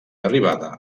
arribada